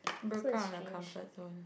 broke out with our comfort zone